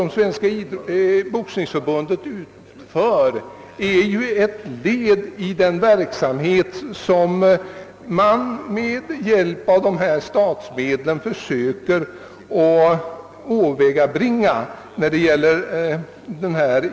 Svenska boxningsförbundets verksamhet är ändock ett led i det arbete som man med hjälp av dessa statsmedel försöker utföra.